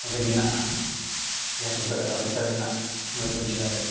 ᱚᱸᱰᱮ ᱢᱮᱱᱟᱜᱼᱟ ᱡᱟᱦᱟᱸ ᱠᱚ ᱢᱮᱛᱟᱫᱼᱟ ᱩᱰᱤᱥᱥᱟ ᱨᱮᱱᱟᱜ ᱢᱚᱭᱩᱨᱵᱷᱚᱸᱡᱽ ᱡᱮᱞᱟ ᱨᱮ